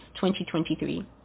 2023